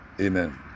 Amen